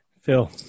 Phil